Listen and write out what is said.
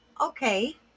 okay